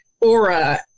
aura